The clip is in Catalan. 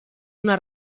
una